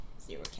Zero